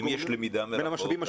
אם יש למידה מרחוק,